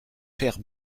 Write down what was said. faire